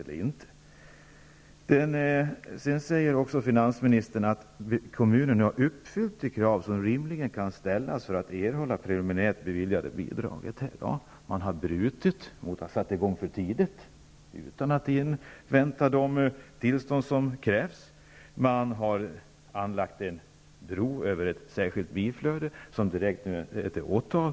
Finansministern säger också att kommunen har uppfyllt de krav som rimligen kan ställas för att erhålla det preliminärt beviljade bidraget. Kommunen har satt i gång för tidigt, utan att invänta de tillstånd som krävs. Kommunen har anlagt en bro över ett särskilt biflöde, något som kan leda till åtal.